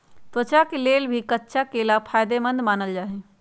त्वचा के लेल भी कच्चा केला फायेदेमंद मानल जाई छई